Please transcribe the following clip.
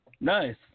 Nice